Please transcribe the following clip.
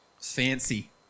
Fancy